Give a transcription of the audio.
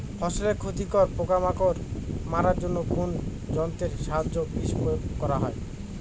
ফসলের ক্ষতিকর পোকামাকড় মারার জন্য কোন যন্ত্রের সাহায্যে বিষ প্রয়োগ করা হয়?